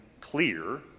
clear